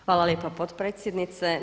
Hvala lijepa potpredsjednice.